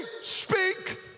speak